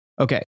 Okay